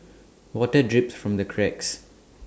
water drips from the cracks